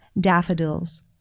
daffodils